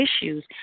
issues